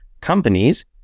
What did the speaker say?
companies